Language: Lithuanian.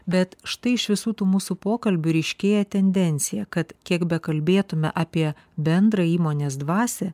bet štai iš visų tų mūsų pokalbių ryškėja tendencija kad kiek bekalbėtume apie bendrą įmonės dvasią